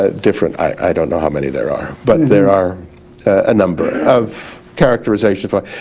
ah different, i don't know how many there are, but there are a number of characterization for,